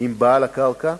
עם בעל הקרקע,